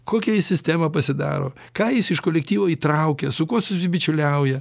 kokią jis sistemą pasidaro ką jis iš kolektyvo įtraukia su kuo susibičiuliauja